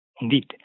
Indeed